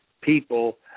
people